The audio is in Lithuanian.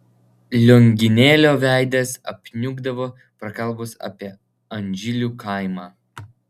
lionginėlio veidas apniukdavo prakalbus apie anžilių kaimą